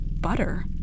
butter